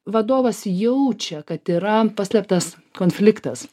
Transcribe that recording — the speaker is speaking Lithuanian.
vadovas jaučia kad yra paslėptas konfliktas